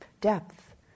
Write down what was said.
depth